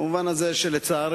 במובן הזה שלצערי,